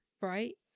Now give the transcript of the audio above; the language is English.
right